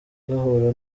gahoro